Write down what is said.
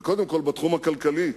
וקודם כול בתחום הכלכלי,